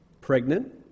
pregnant